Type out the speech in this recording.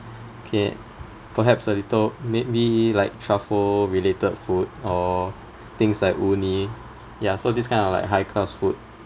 okay perhaps a little maybe like truffle related food or things like uni yeah so this kind of like high class food